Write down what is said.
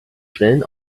schnellen